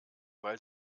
weil